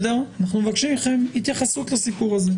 אנחנו מבקשים מכם התייחסות לסוגיה הזאת.